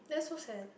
that's so sad